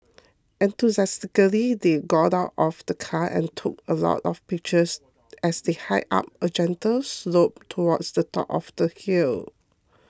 enthusiastically they got out of the car and took a lot of pictures as they hiked up a gentle slope towards the top of the hill